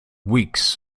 weeks